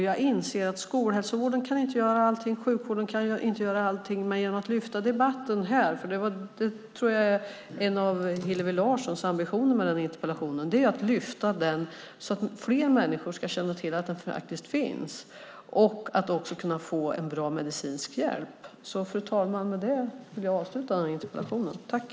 Jag inser att skolhälsovården inte kan göra allting och att sjukvården inte kan göra allting, men genom att lyfta fram frågan i debatten här, för det tror jag var en av Hillevi Larssons ambitioner med interpellationen, kan det leda till att fler människor kommer att känna till att sjukdomen faktiskt finns och också kunna få bra medicinsk hjälp. Fru talman! Med detta vill jag avsluta den här interpellationsdebatten.